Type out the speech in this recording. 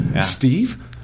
Steve